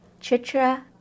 Chitra